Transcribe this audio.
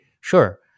sure